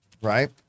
right